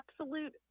absolute